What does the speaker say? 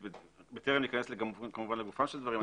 בטרם ניכנס כמובן לגופם של דברים,